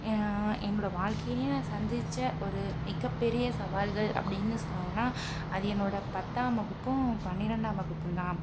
என்னோடய வாழ்க்கையிலையும் நான் சந்தித்த ஒரு மிகப்பெரிய சவால்கள் அப்படினு சொல்லணும்னால் அது என்னோடய பத்தாம் வகுப்பும் பனிரெண்டாம் வகுப்பும் தான்